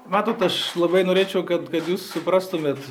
matot aš labai norėčiau kad jūs suprastumėt